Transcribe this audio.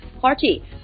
party